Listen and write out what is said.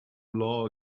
law